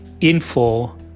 info